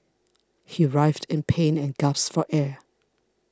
he writhed in pain and gasped for air